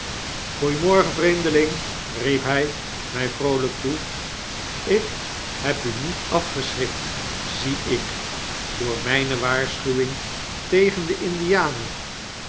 vreemdeling riep hy my vroolijk toe ik heb u niet afgeschrikt zie ik door mijne waarschuwing tegen de indianen